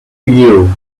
you